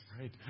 right